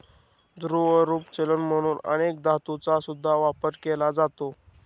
द्रवरूप चलन म्हणून अनेक धातूंचा सुद्धा वापर केला जातो